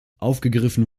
aufgegriffen